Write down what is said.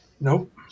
Nope